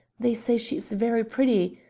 they say she is very pretty.